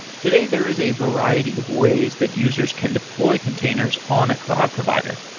today there is a variety of ways that users can deploy containers on a cloud provider.